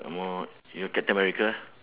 orh you know captain america